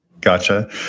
Gotcha